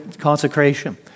consecration